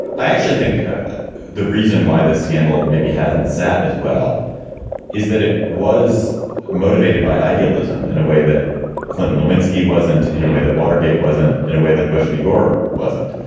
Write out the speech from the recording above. i actually think the reason why this scandal maybe hasn't sat as well is that it was motivated by idealism in a way that clinton lewinsky wasn't in a way that watergate wasn't in a way that bush v. gore wasn't.